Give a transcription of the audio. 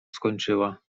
skończyła